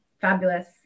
fabulous